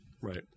right